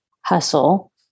hustle